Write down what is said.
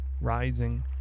rising